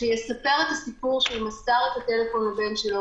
שיספר את הסיפור שהוא מסר את הטלפון לבן שלו,